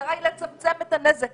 המטרה לצמצם את הנזק